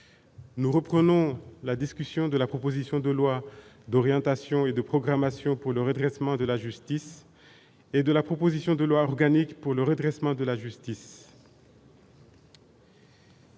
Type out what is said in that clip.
Nous reprenons la discussion de la proposition de loi d'orientation et de programmation pour le redressement de la justice et de la proposition de loi organique pour le redressement de la justice.